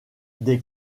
des